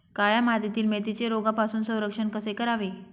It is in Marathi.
काळ्या मातीतील मेथीचे रोगापासून संरक्षण कसे करावे?